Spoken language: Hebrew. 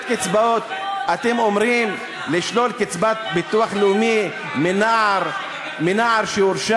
אתם אומרים: לשלול קצבת ביטוח לאומי מנער שהורשע.